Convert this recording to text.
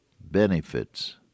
benefits